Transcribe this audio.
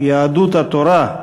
יהדות התורה,